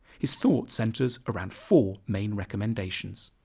his thought centers around four main recommendations